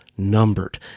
numbered